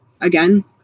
again